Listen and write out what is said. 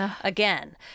again